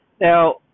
now